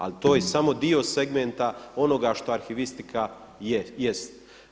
Ali to je samo dio segmenta onoga šta arhivistika jest.